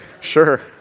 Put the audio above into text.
Sure